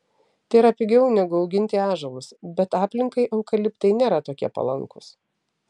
tai yra pigiau negu auginti ąžuolus bet aplinkai eukaliptai nėra tokie palankūs